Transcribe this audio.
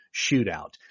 shootout